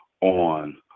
on